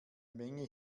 menge